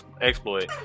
exploit